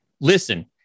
Listen